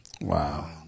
Wow